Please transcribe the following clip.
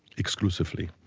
exclusively.